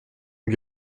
lui